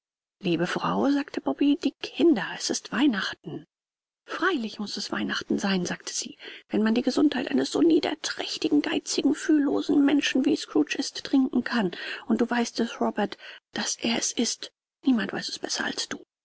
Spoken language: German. liebe frau sagte bob die kinder es ist weihnachten freilich muß es weihnachten sein sagte sie wenn man die gesundheit eines so niederträchtigen geizigen fühllosen menschen wie scrooge ist trinken kann und du weißt es robert daß er es ist niemand weiß es besser als du